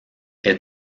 est